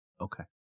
Okay